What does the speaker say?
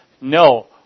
No